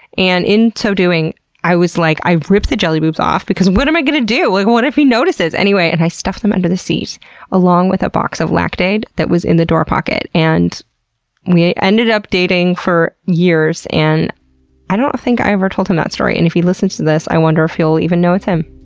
and in so doing i like ripped the jelly boobs off because what am i gonna do? like what if he notices? anyway, and i stuffed them under the seat along with a box of lactaid that was in the door pocket. and we ended up dating for years and i don't think i ever told him that story. and if he listens to this, i wonder if he'll even know it's him.